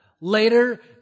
later